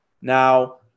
Now